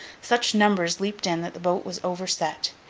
such numbers leaped in, that the boat was overset.